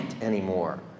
anymore